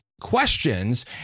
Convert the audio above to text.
questions